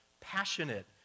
passionate